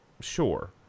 Sure